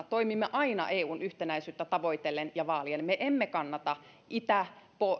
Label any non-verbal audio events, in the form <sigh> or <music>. <unintelligible> toimimme aina eun yhtenäisyyttä tavoitellen ja vaalien me emme kannata itä